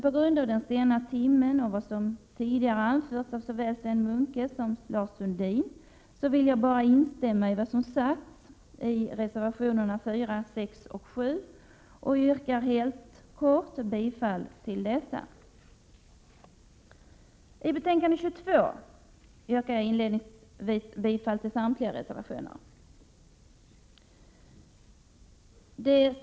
På grund av den sena timmen och med hänvisning till vad som tidigare anförts av såväl Sven Munke som Lars Sundin vill jag bara instämma i vad som sagts i reservationerna 4, 6 och 7 och yrkar helt kort bifall till dessa. I anslutning till betänkande 22 yrkar jag inledningsvis bifall till samtliga reservationer.